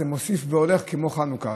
זה מוסיף והולך כמו בנס חנוכה.